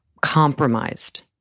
compromised